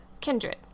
kindred